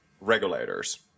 regulators